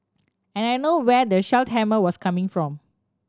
and I know where the sledgehammer was coming from